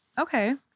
Okay